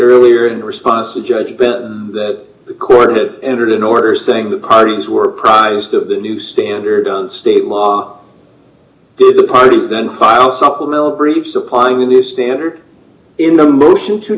earlier in response to judge ben that the coordinates entered an order saying the parties were apprised of the new standard state law did the parties then file supplemental brief supplying this standard in the motion to